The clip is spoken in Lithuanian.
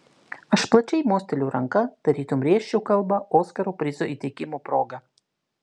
aš plačiai mosteliu ranka tarytum rėžčiau kalbą oskaro prizo įteikimo proga